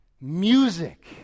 Music